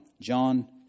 John